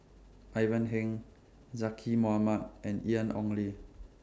Ivan Heng Zaqy Mohamad and Ian Ong Li